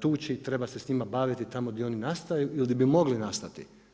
tući i treba se s time baviti tamo gdje oni nastaju ili di bi mogli nastati.